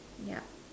yup